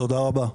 תודה רבה.